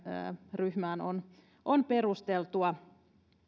ryhmään on on perusteltua